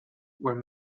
where